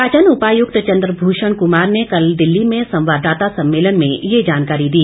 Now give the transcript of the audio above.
निर्वाचन उपायुक्त चंद्र भूषण कुमार ने कल दिल्ली में संवाददाता सम्मेलन में यह जानकारी दी